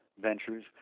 ventures